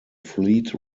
fleet